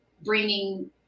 bringing